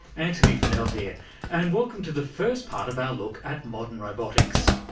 antony funnell here and welcome to the first part of our look at modern robotics.